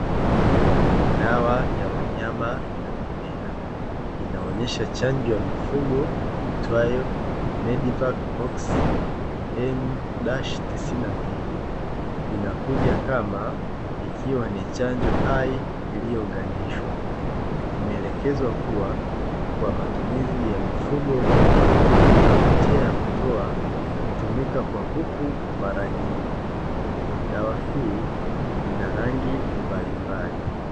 Dawa ya wanyama na mimea inaonyesha chanjo ya mifugo ikiwa ni chanjo hai kwaajili ya mifugo jinsi yakutoa imeelekezwa dawa hii ina aina mbalimbali